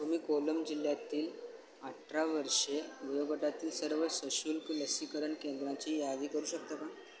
तुम्ही कोल्लम जिल्ह्यातील अठरा वर्षे वयोगटातील सर्व सशुल्क लसीकरण केंद्रांची यादी करू शकता का